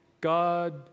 God